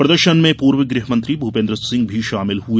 प्रदर्शन में पूर्व गृहमंत्री भूपेन्द्र सिंह भी शामिल हए